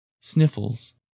Sniffles